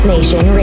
Nation